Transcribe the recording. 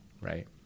right